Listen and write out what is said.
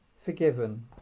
Forgiven